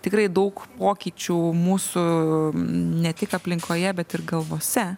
tikrai daug pokyčių mūsų ne tik aplinkoje bet ir galvose